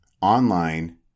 online